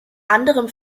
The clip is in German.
anderem